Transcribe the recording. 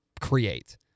create